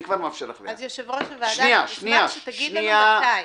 אז יושב-ראש הוועדה, נשמח שתגיד לנו מתי.